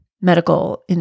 medical